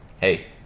hey